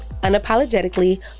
unapologetically